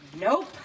Nope